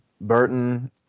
Burton